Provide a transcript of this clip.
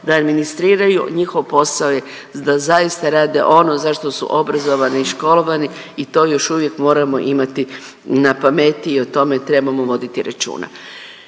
da administriraju, njihov posao je da zaista rade ono za što su obrazovani i školovani i to još uvijek moramo imati na pameti i o tome trebamo voditi računa.